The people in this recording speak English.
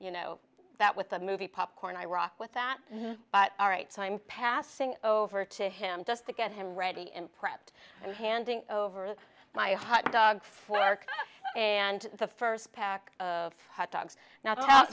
you know that with the movie popcorn iraq with that all right so i'm passing over to him just to get him ready and prepped and handing over my hot dog fork and the first pack of hot dogs now t